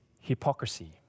hypocrisy